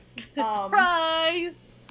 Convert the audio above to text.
Surprise